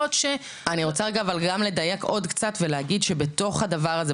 אני רוצה רגע גם לדייק עוד קצת ולהגיד שבתוך הדבר הזה,